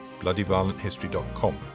bloodyviolenthistory.com